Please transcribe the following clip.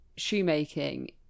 Shoemaking